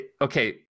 Okay